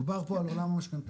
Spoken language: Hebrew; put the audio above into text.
דובר פה על עולם המשכנתאות,